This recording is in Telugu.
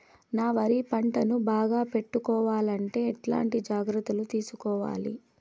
నా వరి పంటను బాగా పెట్టుకోవాలంటే ఎట్లాంటి జాగ్రత్త లు తీసుకోవాలి?